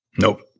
Nope